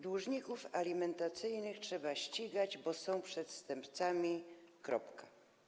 Dłużników alimentacyjnych trzeba ścigać, bo są przestępcami, kropka.